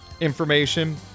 information